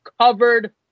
covered